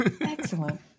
Excellent